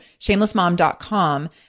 shamelessmom.com